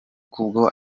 kubwo